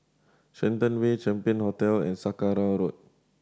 Shenton Way Champion Hotel and Saraca Road